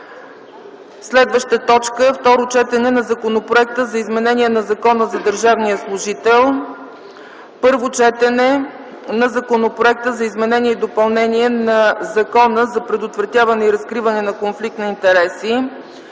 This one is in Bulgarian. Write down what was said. Следващата точка е Второ четене на Законопроекта за изменение на Закона за държавния служител. Първо четене на Законопроекта за изменение и допълнение на Закона за предотвратяване и разкриване на конфликт на интереси.